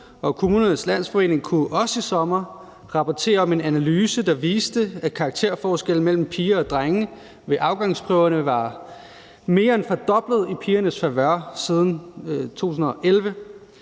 Kommunernes Landsforening kunne også i sommer rapportere om en analyse, der viste, at karakterforskellene mellem piger og drenge ved afgangsprøverne var mere end fordoblet i pigernes favør siden 2011.